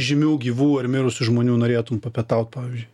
žymių gyvų ar mirusių žmonių norėtum papietaut pavyzdžiui